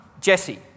Jesse